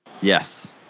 Yes